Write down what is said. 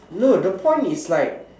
no the point is like